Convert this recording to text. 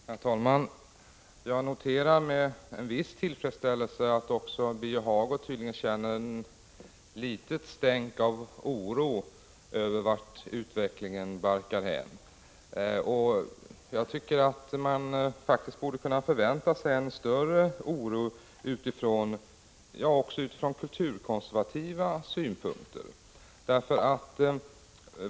Herr talman! Jag noterar med en viss tillfredställelse att också Birger Hagård tydligen känner ett litet stänk av oro över vart utvecklingen barkar hän. Man borde kunna förvänta sig ännu större oro från kulturkonservativa utgångspunkter.